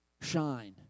shine